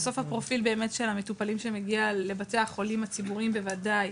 בסוף הפרופיל באמת של המטופלים שמגיע לבתי החולים הציבוריים בוודאי,